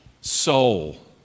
soul